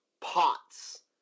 pots